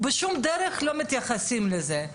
לא מתייחסים לזה.